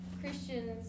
Christians